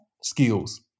skills